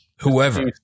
whoever